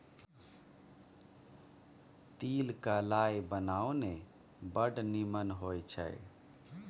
तिल क लाय बनाउ ने बड़ निमन होए छै